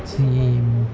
cheem